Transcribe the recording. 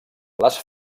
les